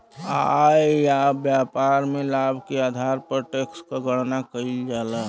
आय या व्यापार में लाभ के आधार पर टैक्स क गणना कइल जाला